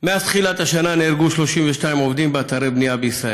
מאז תחילת השנה נהרגו 32 עובדים באתרי בנייה בישראל.